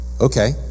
okay